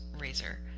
Razor